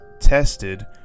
Tested